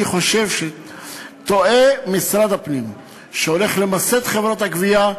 אני חושב שטועה משרד הפנים כשהוא הולך למסד את חברות הגבייה.